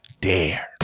dare